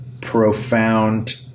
profound